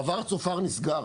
מעבר צופר נסגר.